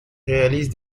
réalise